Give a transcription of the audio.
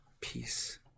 peace